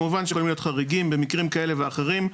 כמובן שיכולים להיות חריגים, במקרים כאלה ואחרים.